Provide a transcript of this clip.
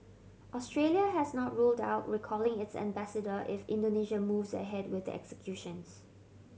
Australia has not ruled out recalling its ambassador if Indonesia moves ahead with the executions